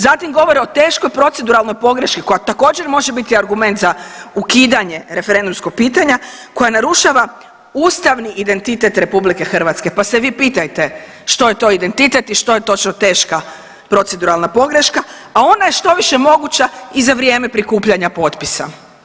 Zatim govore o teškoj proceduralnoj pogreški koja također može biti argument za ukidanje referendumskog pitanja koja narušava ustavni identitet RH, pa se vi pitajte što je to identitet i što je točno teška proceduralna pogreška, a ona je štoviše moguća i za vrijeme prikupljanja potpisa.